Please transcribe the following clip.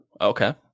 Okay